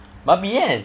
babi kan